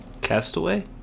Castaway